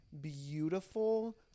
beautiful